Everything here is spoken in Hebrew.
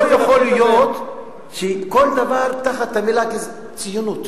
לא יכול להיות שתחת המלה ציונות,